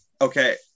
Okay